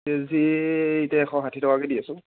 KG এতিয়া এশ ষাঠি টকাকে দি আছোঁ